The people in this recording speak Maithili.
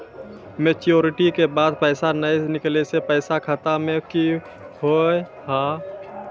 मैच्योरिटी के बाद पैसा नए निकले से पैसा खाता मे की होव हाय?